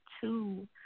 two